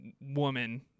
woman